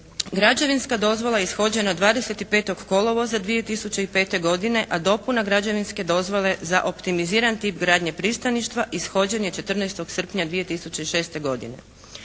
Građevinska dozvola je ishođena 25. kolovoza 2005. godine, a dopuna građevinske dozvole za optimiziran tip gradnje pristaništa ishođen je 14. srpnja 2006. godine.